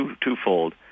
twofold